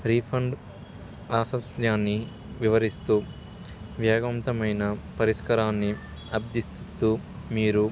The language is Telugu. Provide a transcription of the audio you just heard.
రీఫండ్ ప్రాసెస్లన్ని వివరిస్తూ వేగవంతమైన పరిష్కరాన్ని అర్థిస్తూ మీరు